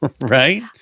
Right